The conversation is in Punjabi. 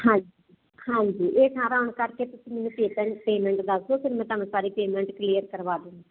ਹਾਂਜੀ ਹਾਂਜੀ ਇਹ ਸਾਰਾ ਹੁਣ ਕਰਕੇ ਤੁਸੀਂ ਮੈਨੂੰ ਪੇਟ ਪੇਮੈਂਟ ਦੱਸ ਦੋ ਫਿਰ ਮੈਂ ਤੁਹਾਨੂੰ ਸਾਰੀ ਪੇਮੈਂਟ ਕਲੀਅਰ ਕਰਵਾਦਾ